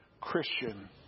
Christian